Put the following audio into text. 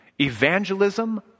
Evangelism